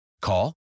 Call